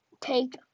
take